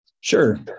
Sure